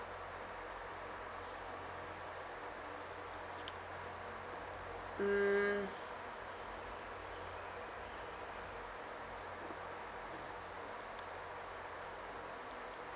mm